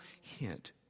hint